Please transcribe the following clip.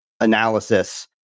analysis